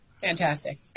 fantastic